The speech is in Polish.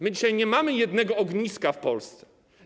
My dzisiaj nie mamy jednego ogniska w Polsce.